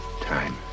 time